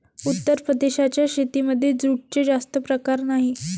उत्तर प्रदेशाच्या शेतीमध्ये जूटचे जास्त प्रकार नाही